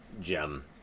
gem